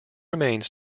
remains